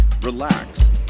relax